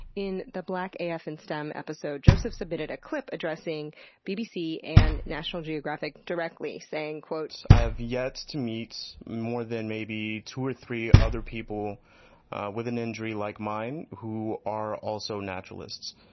in the blackafinstem episode, joseph submitted a clip addressing bbc and national geographic directly saying i've yet to meet more than maybe two or three other people with an injury like mine who are also naturalists.